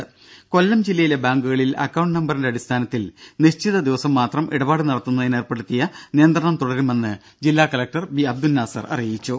ദ്ദേ കൊല്ലം ജില്ലയിലെ ബാങ്കുകളിൽ അക്കൌണ്ട് നമ്പറിന്റെ അടിസ്ഥാനത്തിൽ നിശ്ചിത ദിവസം മാത്രം ഇടപാട് നടത്തുന്നതിന് ഏർപ്പെടുത്തിയ നിയന്ത്രണം തുടരുമെന്ന് ജില്ലാ കലക്ടർ ബി അബ്ദുൾ നാസർ അറിയിച്ചു